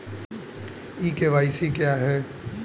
ई KYC क्या है?